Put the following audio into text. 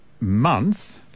month